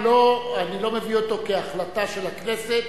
אני לא מביא את הדבר כהחלטה של הכנסת,